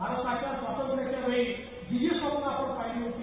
भारताच्या स्वातंत्र्याच्या वेळी जी जी स्वप्न पाहिली होती